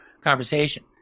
conversation